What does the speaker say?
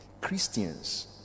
Christians